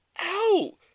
ow